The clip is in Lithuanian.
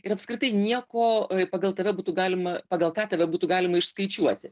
ir apskritai nieko pagal tave būtų galima pagal ką tave būtų galima išskaičiuoti